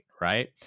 Right